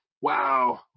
Wow